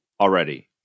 already